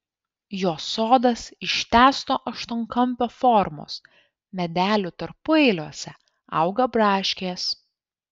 jo sodas ištęsto aštuonkampio formos medelių tarpueiliuose auga braškės